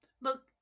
Look